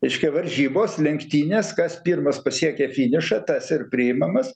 reiškia varžybos lenktynės kas pirmas pasiekia finišą tas ir priimamas